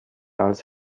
als